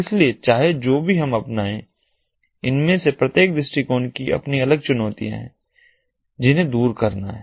इसलिए चाहे जो भी हम अपनाएं इनमें से प्रत्येक दृष्टिकोण की अपनी अलग चुनौतियां हैं जिन्हें दूर करना है